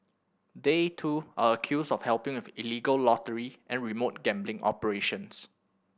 they too are accused of helping with illegal lottery and remote gambling operations